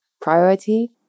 priority